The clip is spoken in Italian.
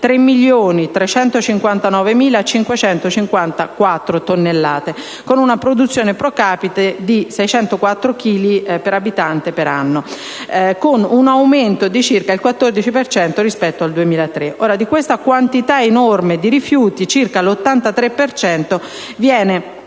3.359.554 tonnellate, con una produzione *pro capite* di 604 chili per abitante per anno, con un aumento di circa il 14 per cento rispetto al 2003. Di questa quantità enorme di rifiuti, circa l'83 per